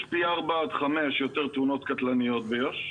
יש פי ארבעה עד חמישה יותר תאונות קטלניות ביו"ש,